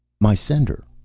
my sender.